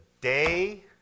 day